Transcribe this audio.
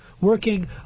working